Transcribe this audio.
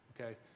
okay